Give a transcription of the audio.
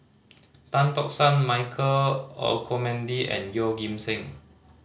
Tan Tock San Michael Olcomendy and Yeoh Ghim Seng